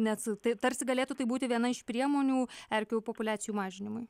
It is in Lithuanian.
net tai tarsi galėtų tai būti viena iš priemonių erkių populiacijų mažinimui